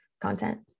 content